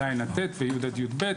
ז׳-ט׳ ו-י׳-י״ב.